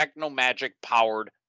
Technomagic-powered